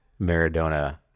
Maradona